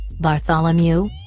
Bartholomew